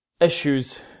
issues